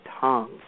tongue